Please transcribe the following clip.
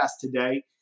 today